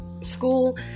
school